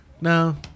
No